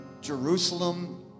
Jerusalem